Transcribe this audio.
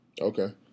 Okay